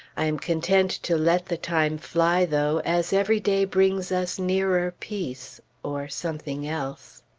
i am content to let the time fly, though, as every day brings us nearer peace or something else.